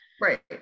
right